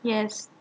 yes